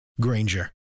Granger